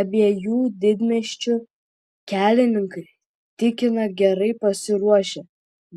abiejų didmiesčių kelininkai tikina gerai pasiruošę